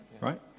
right